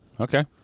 Okay